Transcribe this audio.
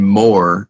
more